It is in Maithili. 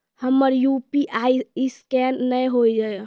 हमर यु.पी.आई ईसकेन नेय हो या?